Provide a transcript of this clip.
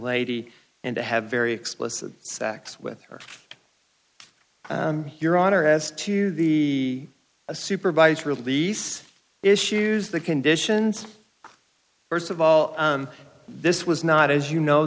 lady and to have very explicit sex with her your honor has to be a supervised release issues the conditions first of all this was not as you know